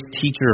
teacher